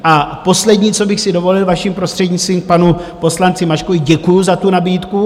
A poslední, co bych si dovolil, vaším prostřednictvím, k panu poslanci Maškovi děkuji za tu nabídku.